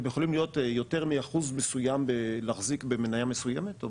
אתם יכולים מאחוז מסוים להחזיק במניה מסוימת?